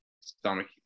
stomach